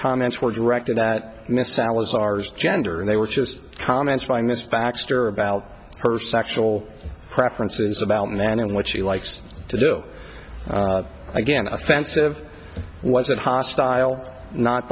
comments were directed at miss our stars gender and they were just comments by mr baxter about her sexual preferences about man and what she likes to do again offensive was that hostile not